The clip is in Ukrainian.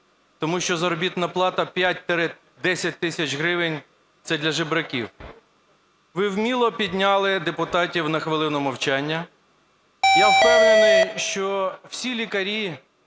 Тому що заробітна плата в 5-10 тисяч гривень – це для жебраків. Ви вміло підняли депутатів на хвилину мовчання. Я впевнений, що всі лікарі